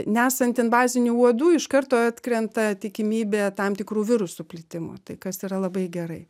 nesant invazinių uodų iš karto atkrenta tikimybė tam tikrų virusų plitimui tai kas yra labai gerai